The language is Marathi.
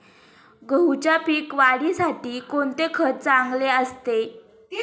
गहूच्या पीक वाढीसाठी कोणते खत चांगले असते?